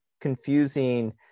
confusing